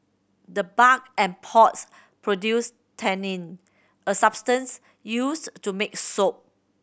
the bark and pods produce tannin a substance used to make soap